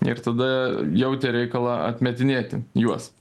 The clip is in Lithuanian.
ir tada jautė reikalą atmetinėti juos